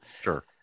Sure